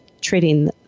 treating